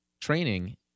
training